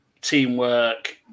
Teamwork